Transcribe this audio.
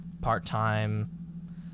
Part-time